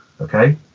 Okay